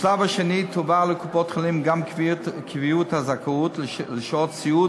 בשלב השני תועבר לקופות-החולים גם קביעת הזכאות לשעות סיעוד